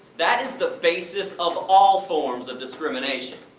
that is the basis of all forms of discrimination.